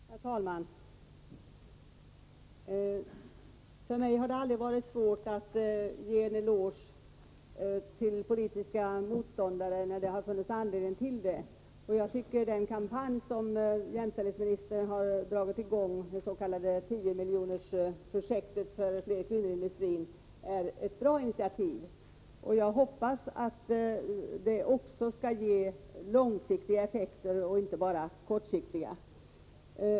Herr talman! För mig har det aldrig varit svårt att ge en eloge till politiska motståndare när det har funnits anledning till det. Jag tycker att den kampanj som jämställdhetsministern har dragit i gång, det s.k. tiomiljonersprojektet för fler kvinnor i industrin, är ett bra initiativ. Jag hoppas att det också skall ge långsiktiga effekter och inte bara kortsiktiga.